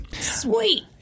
Sweet